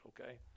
okay